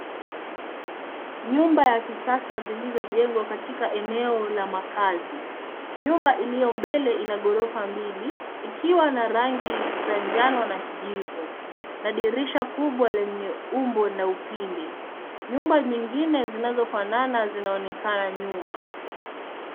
Nyumba ya kisasa zilizojengwa katika eneo la makaazi. Nyumba iliyo mbele ina ghorofa mbili ikiwa na rangi za njano na kijivu na dirisha kubwa lenye umbo na upinde. Nyumba nyingine zinazofanana zinaonekana nyuma.